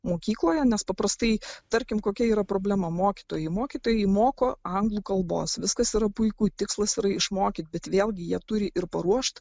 mokykloje nes paprastai tarkim kokia yra problema mokytojai mokytojai moko anglų kalbos viskas yra puiku tikslas yra išmokyti bet vėlgi jie turi ir paruošt